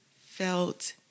felt